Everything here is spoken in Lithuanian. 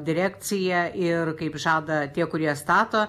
direkcija ir kaip žada tie kurie stato